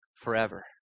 forever